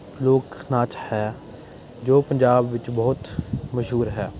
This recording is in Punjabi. ਲੋਕ ਨਾਚ ਹੈ ਜੋ ਪੰਜਾਬ ਵਿੱਚ ਬਹੁਤ ਮਸ਼ਹੂਰ ਹੈ